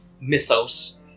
mythos